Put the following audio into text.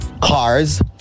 Cars